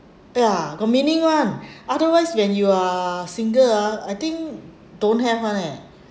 ya got meaning [one] otherwise when you are single ah I think don't have [one] eh